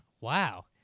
Wow